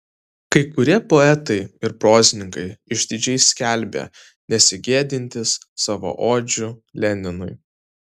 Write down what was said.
kai kurie poetai ir prozininkai išdidžiai skelbė nesigėdintys savo odžių leninui